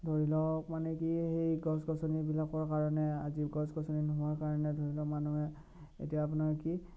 ধৰি লওক মানে কি সেই গছ গছনিবিলাকৰ কাৰণে আজি গছ গছনি নোহোৱাৰ কাৰণে ধৰি লওক মানুহে এতিয়া আপোনাৰ কি